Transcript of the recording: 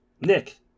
Nick